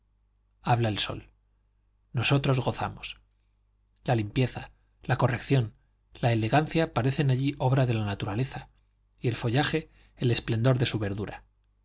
habla el sol nosotros gozamos la limpieza la corrección la elegancia parecen allí obra de la naturaleza y el follaje el esplendor de su verdura